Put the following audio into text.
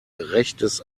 rechtes